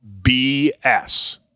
BS